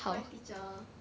my teacher